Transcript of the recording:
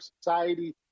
society